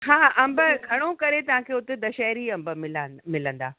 हा हा अंबु घणो करे तव्हांखे हुते दशहरी अंब मिला मिलंदा